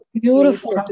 beautiful